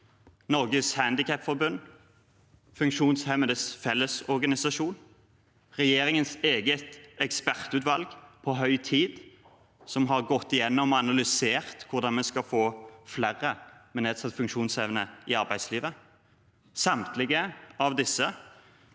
Norges Handikapforbund, Funksjonshemmedes Fellesorganisasjon – og regjeringens eget ekspertutvalg i På høy tid, som har gått gjennom og analysert hvordan vi skal få flere med nedsatt funksjonsevne ut i arbeidslivet. Samtlige av disse,